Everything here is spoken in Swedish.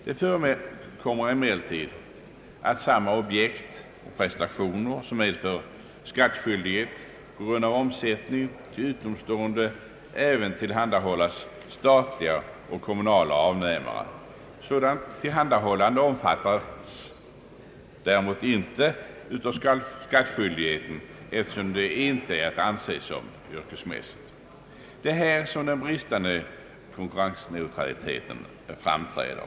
Det förekommer emellertid att samma objekt och prestationer som medför skattskyldighet på grund av omsättning till utomstående även tillhandahålles statliga och kommunala avnämare. Sådant tillhandahållande omfattas däremot inte av skattskyldigheten, eftersom det inte är att anse som yrkesmässigt. Det är här den bristande konkurrensneutraliteten framträder.